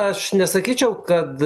aš nesakyčiau kad